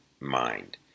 mind